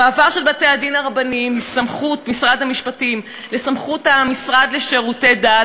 המעבר של בתי-הדין הרבניים מסמכות משרד המשפטים לסמכות המשרד לשירותי דת